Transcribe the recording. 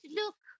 look